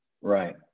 Right